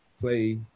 play